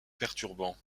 perturbant